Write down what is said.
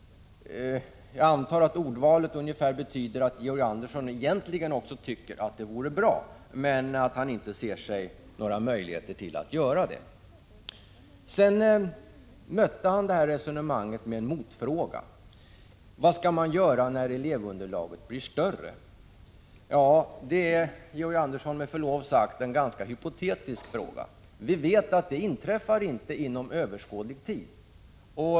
Jag antar att ordvalet innebär att Georg Andersson egentligen också tycker att det vore bra, men att han inte ser några möjligheter att göra det. Sedan bemötte han mitt resonemang med en motfråga: Vad skall man göra när elevunderlaget blir större? Det är, Georg Andersson, med förlov sagt en ganska hypotetisk fråga. Vi vet att det inte inträffar inom överskådlig tid.